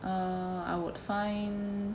uh I would find